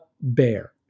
bear